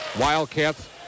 Wildcats